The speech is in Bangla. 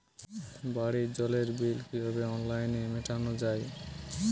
বাড়ির জলের বিল কিভাবে অনলাইনে মেটানো যায়?